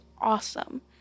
awesome